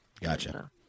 gotcha